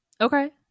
Okay